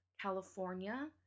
California